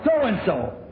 so-and-so